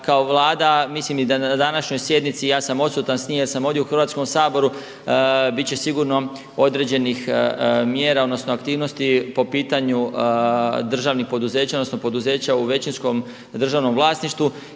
Kao Vlada mislim i da na današnjoj sjednici i ja sam odsutan s nje jer sam ovdje u Hrvatskom saboru, biti će sigurno određenih mjera odnosno aktivnosti po pitanju državnih poduzeća odnosno poduzeća u većinskom državnom vlasništvu.